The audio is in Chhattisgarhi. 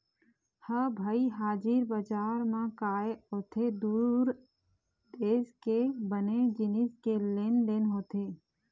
ह भई हाजिर बजार म काय होथे दू देश के बने जिनिस के लेन देन होथे